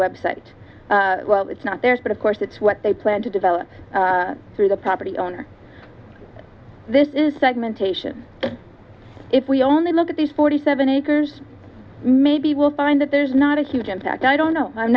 site it's not theirs but of course it's what they plan to develop through the property owner this is segmentation if we only look at these forty seven acres maybe we'll find that there's not a huge impact i don't know i'm